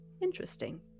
interesting